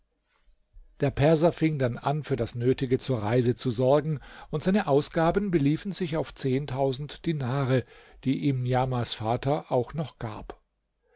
der perser fing dann an für das nötige zur reise zu sorgen und seine ausgaben beliefen sich auf zehntausend dinare die ihm niamahs vater auch noch gab